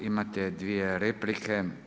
Imate dvije replike.